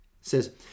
says